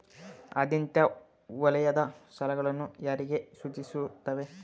ಆದ್ಯತಾ ವಲಯದ ಸಾಲಗಳು ಯಾರಿಗೆ ಸೂಚಿಸುತ್ತವೆ?